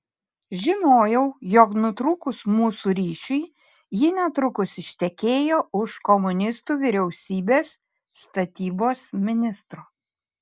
žinojau jog nutrūkus mūsų ryšiui ji netrukus ištekėjo už komunistų vyriausybės statybos ministro